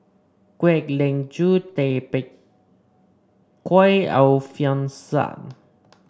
Kwek Leng Joo Tay Bak Koi Alfian Sa'at